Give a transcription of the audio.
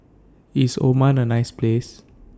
IS Oman A nice Place